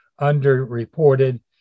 underreported